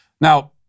Now